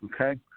okay